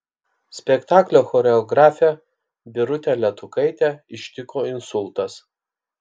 spektaklio choreografę birutę letukaitę ištiko insultas